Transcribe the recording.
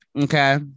Okay